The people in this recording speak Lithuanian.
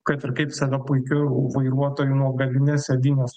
kad ir kaip save puikiu vairuotoju nuo galinės sėdynės